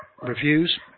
reviews